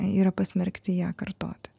yra pasmerkti ją kartoti